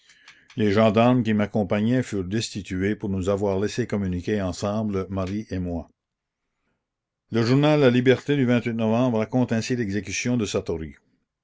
les gendarmes qui m'accompagnaient furent destitués pour nous avoir laissées communiquer ensemble marie et moi le journal la liberté du novembre raconte ainsi l'exécution de